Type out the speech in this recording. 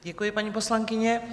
Děkuji, paní poslankyně.